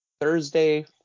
Thursday